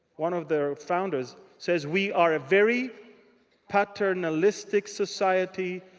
one of the founders, says, we are a very paternalistic society.